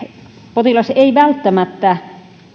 potilas ei välttämättä